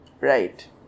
Right